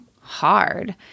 hard